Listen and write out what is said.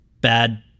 bad